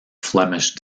flemish